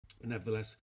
Nevertheless